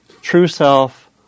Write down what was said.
true-self